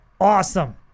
Awesome